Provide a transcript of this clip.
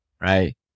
right